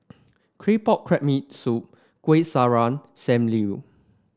claypot crab me soup Kueh Syara Sam Lau